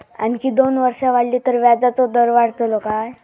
आणखी दोन वर्षा वाढली तर व्याजाचो दर वाढतलो काय?